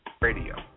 radio